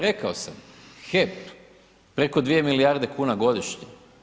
Rekao sam, HEP preko 2 milijarde kuna godišnje.